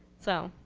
so,